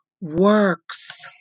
works